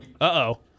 Uh-oh